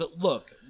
look